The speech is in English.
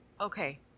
okay